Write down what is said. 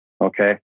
Okay